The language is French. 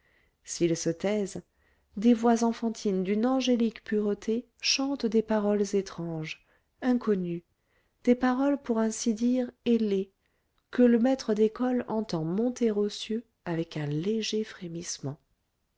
s'ils se taisent des voix enfantines d'une angélique pureté chantent des paroles étranges inconnues des paroles pour ainsi dire ailées que le maître d'école entend monter aux cieux avec un léger frémissement